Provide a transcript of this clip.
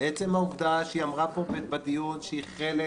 עצם העובדה שהיא אמרה פה בדיון שהיא חלק